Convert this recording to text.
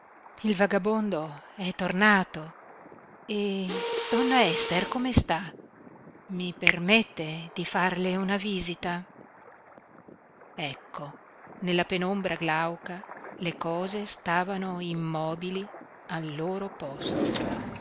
il vagabondo è tornato e donna ester come sta i permette di farle una visita ecco nella penombra glauca le cose stavano immobili al loro posto